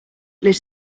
les